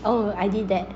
oh I did that